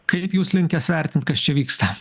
kaip jūs linkęs vertint kas čia vyksta